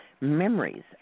memories